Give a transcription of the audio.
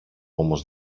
όμως